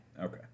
Okay